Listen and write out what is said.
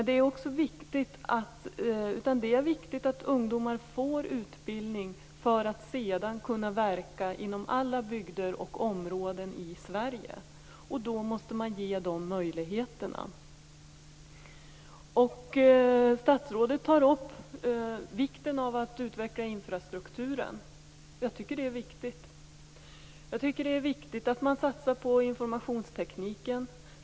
Det är viktigt att ungdomar får utbildning för att sedan kunna verka inom alla bygder och områden i Sverige. Därför måste man ge dem möjligheterna. Statsrådet tar upp vikten av att utveckla infrastrukturen. Jag tycker också att det är viktigt. Det är viktigt att satsa på informationstekniken.